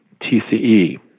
TCE